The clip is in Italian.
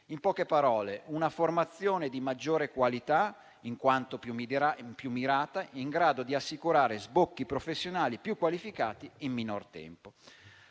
si tratterà di una formazione di maggior qualità, in quanto più mirata, in grado di assicurare sbocchi professionali più qualificati in minor tempo.